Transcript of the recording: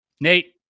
Nate